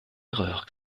erreur